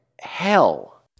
hell